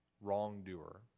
wrongdoer